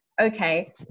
Okay